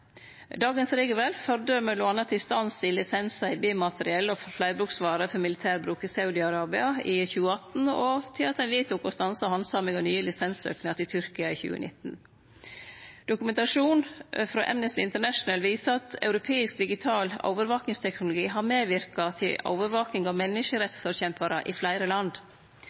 Dagens regelverk førte m.a. til stans i lisensar til B-materiell og fleirbruksvarer for militærbruk i Saudi-Arabia i 2018 og til at ein vedtok å stanse handsaming av nye lisenssøknader til Tyrkia i 2019. Dokumentasjon frå Amnesty International viser at europeisk digital overvakingsteknologi har medverka til overvaking av menneskerettsforkjemparar i fleire land.